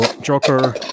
joker